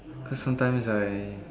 cause sometimes right